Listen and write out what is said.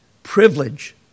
Privilege